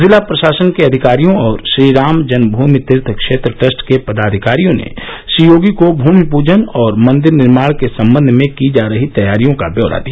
जिला प्रशासन के अधिकारियों और श्रीराम जन्मभूमि तीर्थ क्षेत्र ट्रस्ट के पदाधिकारियों ने श्री योगी को भूमि पूजन और मंदिर निर्माण के संबंध में की जा रही तैयारियों का ब्यौरा दिया